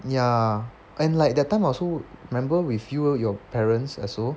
ya and like that time I also remember with you your parents also